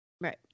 Right